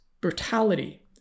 brutality